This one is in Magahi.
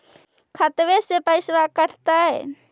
खतबे से पैसबा कटतय?